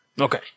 Okay